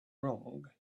wrong